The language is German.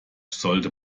sollte